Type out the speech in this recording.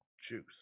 Juice